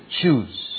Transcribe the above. choose